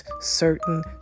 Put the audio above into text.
certain